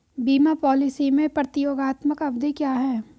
बीमा पॉलिसी में प्रतियोगात्मक अवधि क्या है?